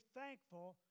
thankful